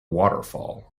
waterfall